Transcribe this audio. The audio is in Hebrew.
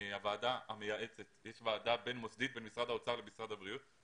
יש ועדה בין-מוסדית במשרד האוצר למשרד הבריאות.